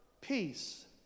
peace